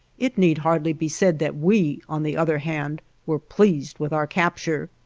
it need hardly be said that we, on the other hand, were pleased with our capture.